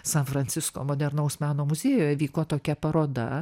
san francisko modernaus meno muziejuje vyko tokia paroda